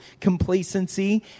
complacency